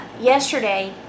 yesterday